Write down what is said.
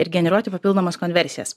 ir generuoti papildomas konversijas